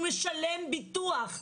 הוא משלם ביטוח,